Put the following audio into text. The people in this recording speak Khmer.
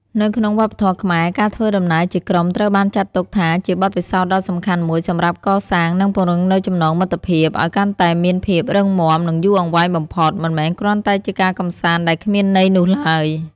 នៅក្នុងវប្បធម៌ខ្មែរ ការធ្វើដំណើរជាក្រុមត្រូវបានចាត់ទុកថាជាបទពិសោធន៍ដ៏សំខាន់មួយសម្រាប់កសាង និងពង្រឹងនូវចំណងមិត្តភាពឲ្យកាន់តែមានភាពរឹងមាំនិងយូរអង្វែងបំផុត មិនមែនគ្រាន់តែជាការកម្សាន្តដែលគ្មានន័យនោះឡើយ។